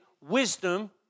wisdom